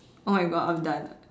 oh my god I'm done